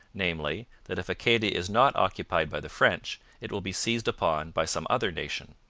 namely, that if acadia is not occupied by the french it will be seized upon by some other nation.